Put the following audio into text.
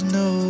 no